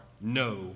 no